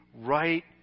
right